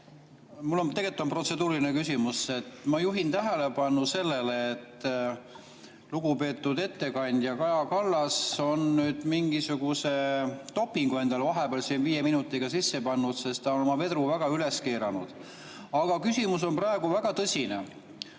Mul on protseduuriline küsimus. Ma juhin tähelepanu sellele, et lugupeetud ettekandja Kaja Kallas on mingisuguse dopingu endale vahepeal viie minutiga sisse pannud, sest ta on oma vedru väga üles keeranud. Aga küsimus on praegu väga